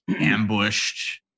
ambushed